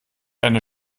eine